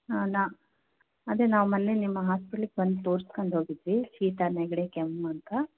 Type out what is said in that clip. ಹಾಂ ನಾ ಅದೇ ನಾವು ಮೊನ್ನೆ ನಿಮ್ಮ ಹಾಸ್ಪಿಟ್ಲಿಗೆ ಬಂದು ತೋರ್ಸ್ಕಂಡು ಹೋಗಿದ್ವಿ ಶೀತ ನೆಗಡಿ ಕೆಮ್ಮಂತ